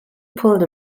pulled